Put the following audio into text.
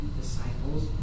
disciples